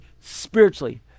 spiritually